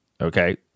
Okay